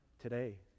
today